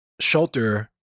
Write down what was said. shelter